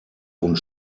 und